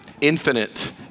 infinite